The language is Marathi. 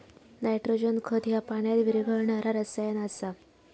नायट्रोजन खत ह्या पाण्यात विरघळणारा रसायन आसा